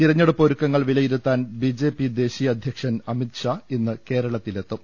തിരഞ്ഞെടുപ്പ് ഒരുക്കങ്ങൾ വിലയിരുത്താൻ ബിജെപി ദേശീയ അധ്യക്ഷൻ അമിത് ഷാ ഇന്ന് കേരളത്തിലെത്തും